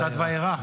פרשת וירא.